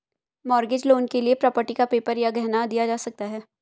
mortgage loan के लिए property का पेपर या गहना दिया जा सकता है